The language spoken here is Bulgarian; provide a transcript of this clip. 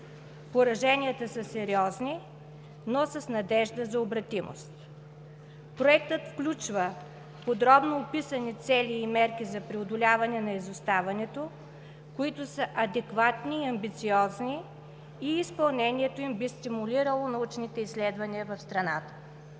Пораженията са сериозни, но с надежда за обратимост. Проектът включва подробно описани цели и мерки за преодоляване на изоставането, които са адекватни и амбициозни и изпълнението им би стимулирало научните изследвания в страната.